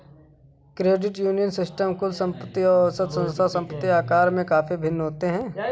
credit union system कुल संपत्ति और औसत संस्था संपत्ति आकार में काफ़ी भिन्न होते हैं